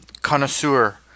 connoisseur